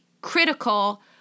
critical